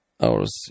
hours